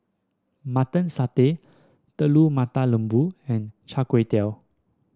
Mutton Satay Telur Mata Lembu and chai kway tow